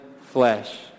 flesh